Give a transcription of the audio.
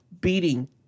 beating